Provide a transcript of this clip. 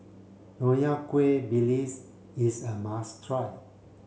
Nonya Kueh is a must try